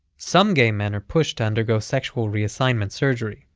some gay men are pushed to undergo sexual reassignment surgery,